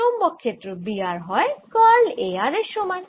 চৌম্বক ক্ষেত্র B r হয় কার্ল A r এর সমান